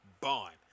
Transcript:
bond